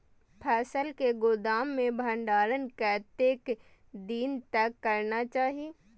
फसल के गोदाम में भंडारण कतेक दिन तक करना चाही?